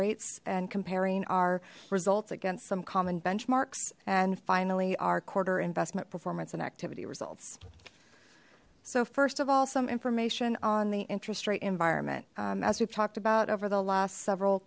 rates and comparing our results against some common benchmarks and finally our quarter investment performance and activity results so first of all some information on the interest rate environment as we've talked about over the last several